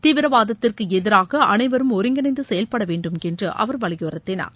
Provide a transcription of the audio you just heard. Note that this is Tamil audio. தீவிரவாதத்திற்கு எதிராக அனைவரும் ஒருங்கிணைந்து செயல்பட வேண்டும் என்று அவர் வலியுறுத்தினார்